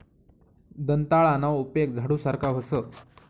दंताळाना उपेग झाडू सारखा व्हस